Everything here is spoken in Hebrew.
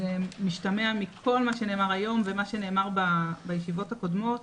זה משתמע מכל מה שנאמר היום ומה שנאמר בישיבות הקודמות,